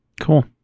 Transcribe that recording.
Cool